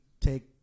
take